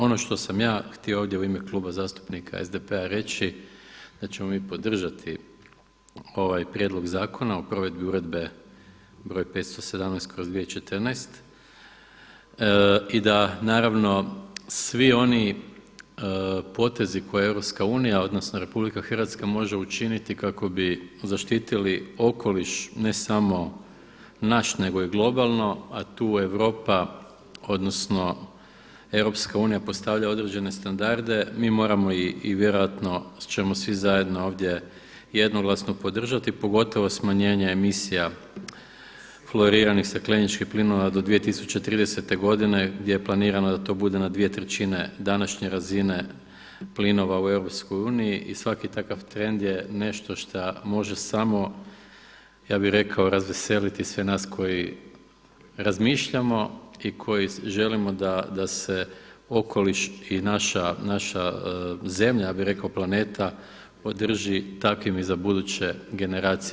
Ono što sam ja htio ovdje u ime Kluba zastupnika SDP-a reći da ćemo mi podržati ovaj Prijedlog zakona o provedbi uredbe br. 517/2014. i da naravno svi oni potezi koje EU odnosno RH može učiniti kako bi zaštitili okoliš, ne samo naš nego i globalno a tu Europa odnosno EU postavlja određene standarde mi moramo i vjerojatno ćemo svi zajedno ovdje jednoglasno podržati pogotovo smanjenje emisija flouriranih stakleničkih plinova do 2030. godine gdje je planirano da to bude na dvije trećine današnje razine plinova u EU i svaki takav trend je nešto šta može samo ja bih rekao razveseliti sve nas koji razmišljamo i koji želimo da se okoliš i naša zemlja, ja bih rekao planeta održi takvim i za buduće generacije.